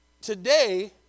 Today